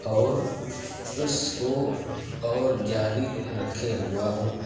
اور اس کو اور جاری رکھے ہوا ہوں